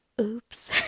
oops